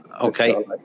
Okay